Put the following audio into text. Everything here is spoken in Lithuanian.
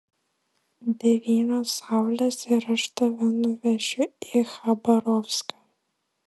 devynios saulės ir aš tave nuvešiu į chabarovską